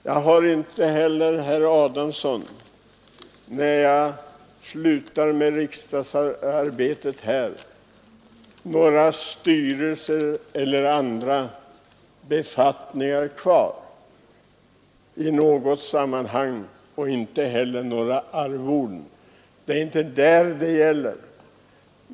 Jag har inte heller, herr Adamsson, när jag slutar med riksdagsarbetet några styrelseuppdrag eller andra uppdrag kvar och följaktligen inte några arvoden. Det är inte detta det gäller.